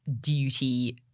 duty